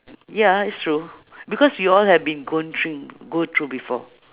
ya it's true because we all have been gone through go through before